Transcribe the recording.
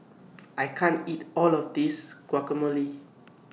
I can't eat All of This Guacamole